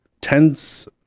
tens